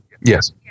Yes